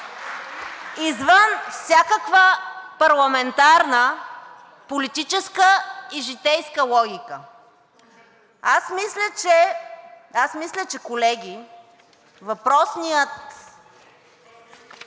извън всякаква парламентарна, политическа и житейска логика. Аз мисля, колеги, че въпросният